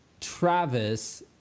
Travis